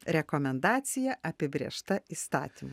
rekomendacija apibrėžta įstatymu